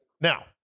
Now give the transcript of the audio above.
now